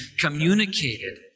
communicated